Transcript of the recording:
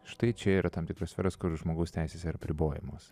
štai čia yra tam tikros sferos kur žmogaus teisės yra apribojamos